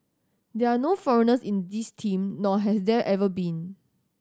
there are no foreigners in this team nor has there ever been